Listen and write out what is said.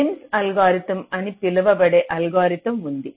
Prim's algorithm అని పిలువబడే algorithm ఉంది